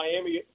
Miami